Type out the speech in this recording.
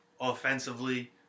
offensively